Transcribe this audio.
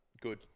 Good